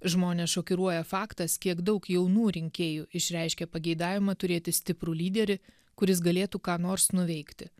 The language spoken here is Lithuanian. žmones šokiruoja faktas kiek daug jaunų rinkėjų išreiškė pageidavimą turėti stiprų lyderį kuris galėtų ką nors nuveikti